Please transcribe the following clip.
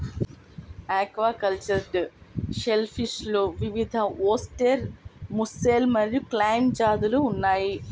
aquacultured షెల్ఫిష్లో వివిధఓస్టెర్, mussel మరియు క్లామ్ జాతులు ఉన్నాయి